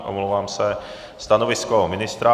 Omlouvám se. Stanovisko ministra.